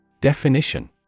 Definition